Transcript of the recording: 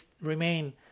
remain